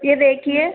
यह देखिए